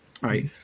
Right